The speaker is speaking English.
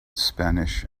spanish